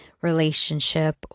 relationship